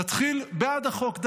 נתחיל דווקא בעד החוק: